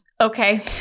Okay